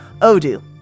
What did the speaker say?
Odoo